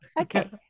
Okay